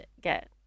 get